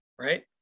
Right